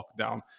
lockdown